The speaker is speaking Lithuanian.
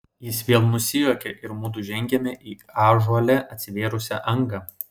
jis vėl nusijuokė ir mudu žengėme į ąžuole atsivėrusią angą